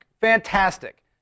fantastic